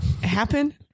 happen